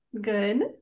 Good